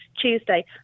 Tuesday